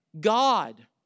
God